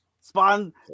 Spawn